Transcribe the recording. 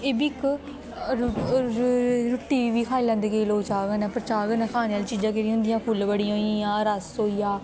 एह् बी इक रुट्टी बी खाई लैंदे केई लोग चाह् कन्नै पर चाह् कन्नै खाने आह्ली चीजां केह्ड़ियां होंदियां फुल्लबड़ियां होई गेइयां रस होई गेआ